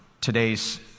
today's